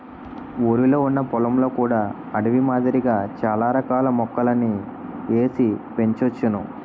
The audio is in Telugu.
ఊరిలొ ఉన్న పొలంలో కూడా అడవి మాదిరిగా చాల రకాల మొక్కలని ఏసి పెంచోచ్చును